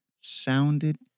sounded